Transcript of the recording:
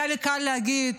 היה לי קל להגיד